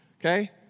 Okay